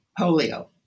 polio